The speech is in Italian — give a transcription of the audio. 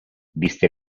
viste